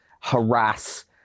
harass